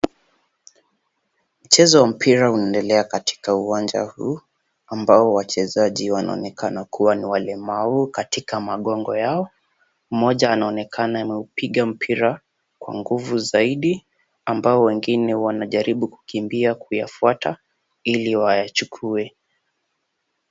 Mchezo wa mpira unaendelea katika uwanja huu, ambao wachezaji wanaonekana kuwa ni walemavu, katika magongo yao. Mmoja anaonekana anaupiga mpira kwa nguvu zaidi, ambao wengine wanajaribu kukimbia kuyafuata ili wachukue.